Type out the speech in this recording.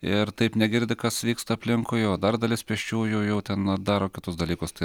ir taip negirdi kas vyksta aplinkui o dar dalis pėsčiųjų jau ten daro kitus dalykus tai